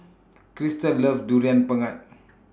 Kristal loves Durian Pengat